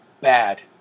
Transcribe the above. bad